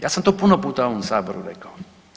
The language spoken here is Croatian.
Ja sam to puno puta u ovom saboru rekao.